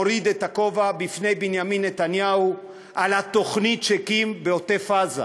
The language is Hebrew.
אני מוריד את הכובע בפני בנימין נתניהו על התוכנית שהקים בעוטף-עזה.